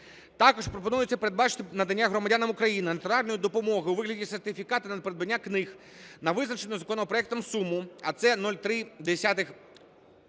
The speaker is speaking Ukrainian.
Також пропонується передбачити надання громадянам України натуральної допомоги у вигляді сертифікату на придбання книг на визначену законопроектом суму, а це 0,3